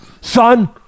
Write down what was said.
son